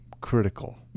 Critical